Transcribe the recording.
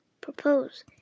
propose